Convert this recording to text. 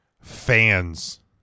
fans